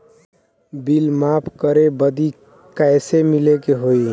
Bill माफ करे बदी कैसे मिले के होई?